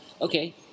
Okay